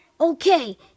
Okay